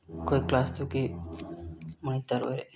ꯑꯩꯈꯣꯏ ꯀ꯭ꯂꯥꯁ ꯇꯨꯌꯦꯜꯐꯀꯤ ꯃꯣꯅꯤꯇꯔ ꯑꯣꯏꯔꯛꯏ